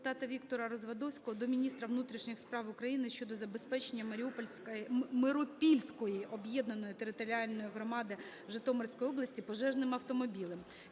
Віктора Развадовського до міністра внутрішніх справ України щодо забезпечення Миропільської об'єднаної територіальної громади Житомирської області пожежним автомобілем.